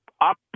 up